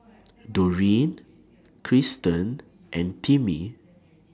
Doreen Krysten and Timmie